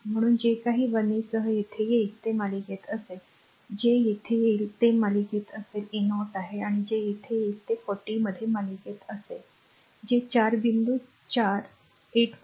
म्हणून जे काही 1a सह येथे येईल ते मालिकेत असेल जे येथे येईल ते मालिकेत असेल a0 आहे आणि जे येथे येईल ते 40 मध्ये मालिकेत असेल जे 4 बिंदू 4 चार 8